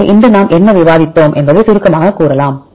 எனவே இன்று நாம் என்ன விவாதித்தோம் என்பதைச் சுருக்கமாகக் கூறலாம்